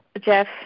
Jeff